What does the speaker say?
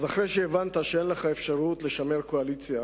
אז אחרי שהבנת שאין לך אפשרות לשמר קואליציה,